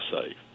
safe